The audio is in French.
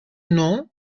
nom